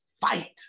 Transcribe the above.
fight